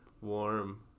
warm